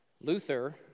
Luther